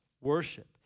worship